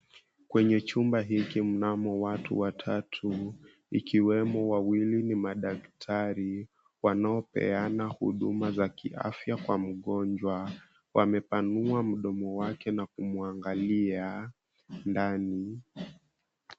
Kwenye chumba hiki mnamo watu watatu ikiwemo wawili ni madaktari wanaopeana huduma za kiafya kwa mgonjwa. Amepanua mdomo wake na kumwangalia ndani.